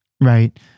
right